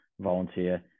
volunteer